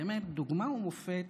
באמת דוגמה ומופת